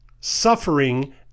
Suffering